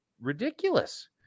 ridiculous